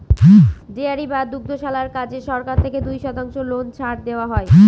dairy বা দুগ্ধশালার কাজে সরকার থেকে দুই শতাংশ লোন ছাড় দেওয়া হয়